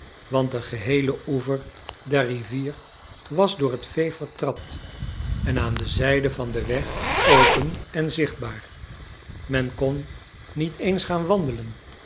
want de geheele oever der rivier was door het vee vertrapt en aan de zijde van den weg open en zichtbaar men kon niet eens gaan wandelen